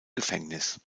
gefängnis